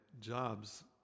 jobs